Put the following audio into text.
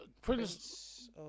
Prince